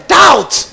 doubt